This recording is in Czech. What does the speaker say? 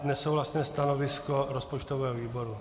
Nesouhlasné stanovisko rozpočtového výboru.